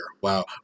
Wow